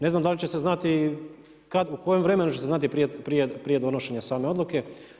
Ne znam da li će se znati kad, u kojem vremenu će se znati prije donošenja same odluke.